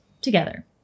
together